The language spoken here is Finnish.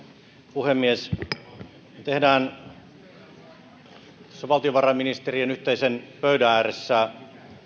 puhemies me teemme valtiovarainministerien yhteisen pöydän ääressä